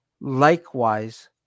Likewise